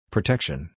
Protection